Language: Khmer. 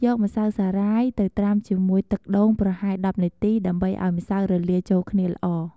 យកម្សៅសារាយទៅត្រាំជាមួយទឹកដូងប្រហែល ១០ នាទី ដើម្បីឱ្យម្សៅរលាយចូលគ្នាល្អ។